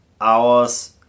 hours